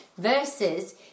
versus